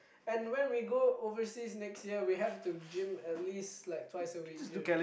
and when we go overseas next year we have to gym at least like twice a week dude